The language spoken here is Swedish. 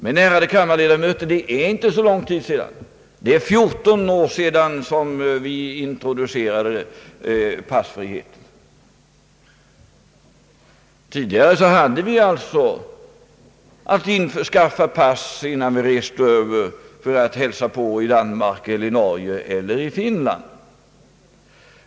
Men, ärade kammarledamöter, det är inte så länge sedan — endast 14 år — som vi introducerade passfrihet. Tidigare hade vi alltså att införskaffa pass innan vi reste över för att hälsa på i Danmark, Norge eller Finland.